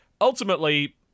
ultimately